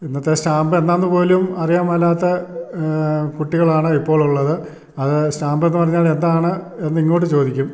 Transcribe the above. ഇന്നത്തെ സ്റ്റാമ്പെന്താന്ന് പോലും അറിയാൻ മേലാത്ത കുട്ടികളാണ് ഇപ്പോൾ ഉള്ളത് അത് സ്റ്റാമ്പെന്ന് പറഞ്ഞാൽ എന്താണ് എന്നിങ്ങോട്ട് ചോദിക്കും